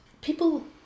people